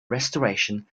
restoration